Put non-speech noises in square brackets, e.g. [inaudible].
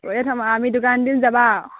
[unintelligible] থম আমি দোকান দিন যাবাও